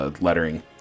lettering